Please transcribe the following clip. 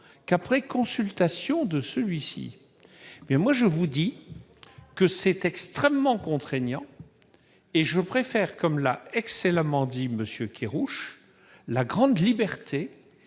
qu'après consultation de ce dernier. Je le répète : tout cela est extrêmement contraignant, et je préfère, comme l'a excellemment dit M. Kerrouche, la grande liberté